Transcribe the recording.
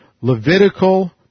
Levitical